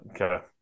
Okay